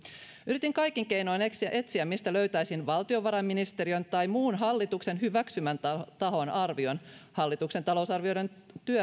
yritin kaikin keinoin etsiä etsiä mistä löytäisin valtiovarainministeriön tai muun hallituksen hyväksymän tahon arvion hallituksen talousarvion